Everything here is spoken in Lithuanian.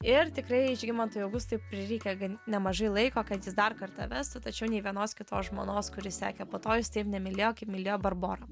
ir tikrai žygimantui augustui prireikė gan nemažai laiko kad jis dar kartą vestų tačiau nei vienos kitos žmonos kuri sekė po to jis taip nemylėjo kaip mylėjo barborą